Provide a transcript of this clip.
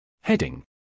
Heading